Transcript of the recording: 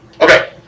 Okay